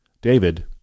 David